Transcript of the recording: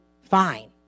fine